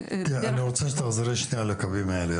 אני רוצה שתחזרי לקווים האלה.